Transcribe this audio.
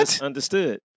understood